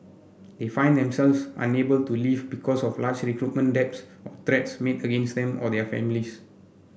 they find themselves unable to leave because of large recruitment debts or threats made against them or their families